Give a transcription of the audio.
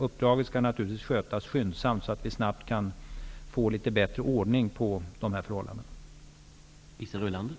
Uppdraget skall naturligtvis skötas skyndsamt, så att vi snabbt kan få litet bättre ordning på dessa förhållanden.